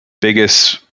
biggest